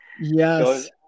yes